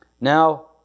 Now